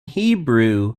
hebrew